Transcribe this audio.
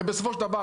הרי בסופו של דבר,